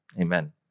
amen